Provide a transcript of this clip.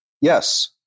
Yes